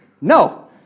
no